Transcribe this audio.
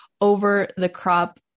over-the-crop